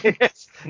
Yes